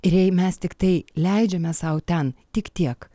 ir jei mes tiktai leidžiame sau ten tik tiek